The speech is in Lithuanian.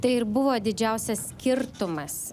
tai ir buvo didžiausias skirtumas